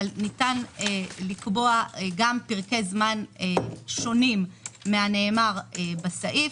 אבל ניתן לקבוע גם פרקי זמן שונים מהנאמר בסעיף,